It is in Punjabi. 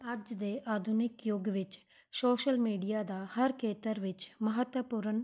ਅੱਜ ਦੇ ਆਧੁਨਿਕ ਯੁੱਗ ਵਿੱਚ ਸੋਸ਼ਲ ਮੀਡੀਆ ਦਾ ਹਰ ਖੇਤਰ ਵਿੱਚ ਮਹੱਤਵਪੂਰਨ